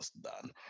done